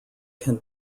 can